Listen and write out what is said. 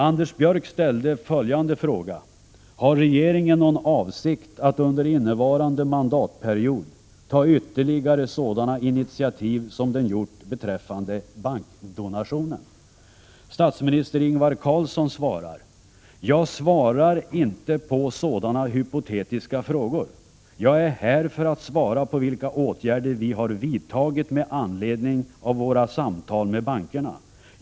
Anders Björck ställde följande fråga: ”Har regeringen någon avsikt att under innevarande mandatperiod ta ytterligare sådana initiativ som den gjort beträffande bankdonationen?” Statsminister Ingvar Carlsson svarade: ”Jag svarar inte på sådana hypotetiska frågor. Jag är här för att svara på vilka åtgärder vi har vidtagit med anledning av våra samtal med bankerna.